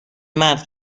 مرد